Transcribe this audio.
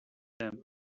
them